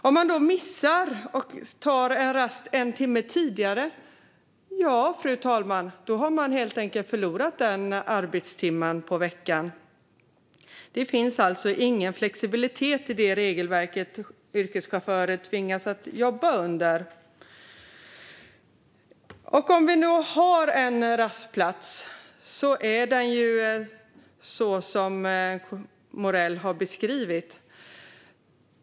Om man missar och tar rast en timme tidigare, fru talman, har man helt enkelt förlorat den arbetstimmen den veckan. Det finns alltså ingen flexibilitet i det regelverk som yrkeschaufförer tvingas att jobba under. Om det finns en rastplats är den så som Morell har beskrivit.